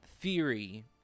theory